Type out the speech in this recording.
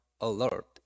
alert